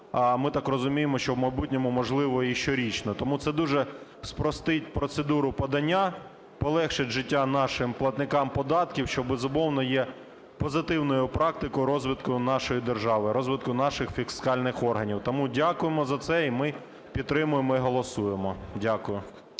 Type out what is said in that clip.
а ми так розуміємо, що в майбутньому, можливо, і щорічну. Тому це дуже спростить процедуру подання, полегшить життя нашим платникам податків, що, безумовно, є позитивною практикою розвитку нашої держави, розвитку наших фіскальних органів. Тому дякуємо за це і ми підтримуємо, і голосуємо. Дякую.